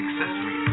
accessories